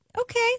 Okay